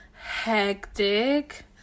hectic